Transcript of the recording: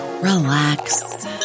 relax